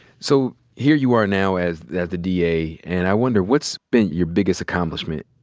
so here you are now as the as the da, and i wonder what's been your biggest accomplishment?